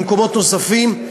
במקומות נוספים,